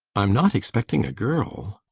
i'm not expecting a girl,